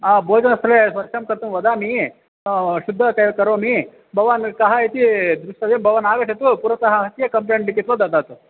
भोजनस्थले स्वच्छं कर्तुं वदामि शुद्धता करोमि भवान् कः इति द्रष्टव्यं भवान् आगच्छतु पुरतः क्य कम्प्लेण्ट् लिखित्वा ददातु